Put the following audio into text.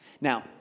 Now